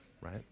right